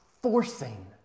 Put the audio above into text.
Forcing